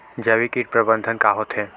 जैविक कीट प्रबंधन का होथे?